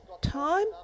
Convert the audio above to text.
time